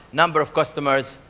number of customers.